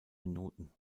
minuten